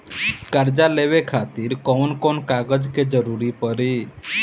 कर्जा लेवे खातिर कौन कौन कागज के जरूरी पड़ी?